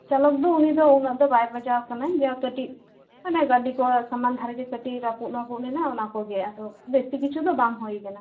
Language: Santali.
ᱪᱟᱞᱚᱠ ᱫᱚ ᱩᱱᱤᱫᱚ ᱩᱱᱟ ᱜ ᱫᱚ ᱵᱟᱭ ᱵᱟᱡᱟᱣ ᱟᱠᱟᱱᱟᱭ ᱡᱟᱦᱟᱸ ᱠᱟ ᱴᱤᱡ ᱢᱟᱱᱮ ᱜᱟᱹᱰᱤ ᱠᱚ ᱥᱟᱢᱟᱝ ᱫᱷᱟᱨᱮ ᱜᱮ ᱠᱟ ᱴᱤᱡ ᱨᱟᱹᱯᱩᱫ ᱱᱟᱹᱯᱩᱫ ᱧᱚᱜ ᱞᱮᱱᱟ ᱚᱱᱟ ᱠᱚᱜᱮ ᱟᱫᱚ ᱵᱮᱥᱤ ᱠᱤᱪᱷᱩ ᱫᱚ ᱵᱟᱝ ᱦᱩᱭᱟᱠᱟᱱᱟ